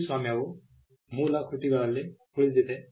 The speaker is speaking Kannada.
ಕೃತಿಸ್ವಾಮ್ಯವು ಮೂಲ ಕೃತಿಗಳಲ್ಲಿ ಉಳಿದಿದೆ